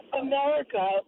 America